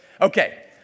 Okay